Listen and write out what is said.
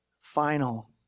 final